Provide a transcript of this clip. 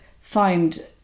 find